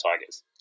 Tigers